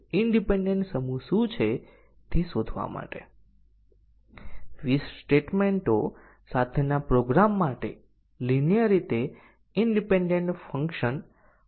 અને આપણે સુનિશ્ચિત કરવું પડશે કે જ્યારે આને સાચા અને ખોટા મૂલ્યો પર સેટ કરવામાં આવે છે ત્યારે અન્ય બેઝીક કન્ડીશન અન્ય એટોમિક કન્ડીશન કેટલાક સ્થિર મૂલ્ય પર રાખવામાં આવે છે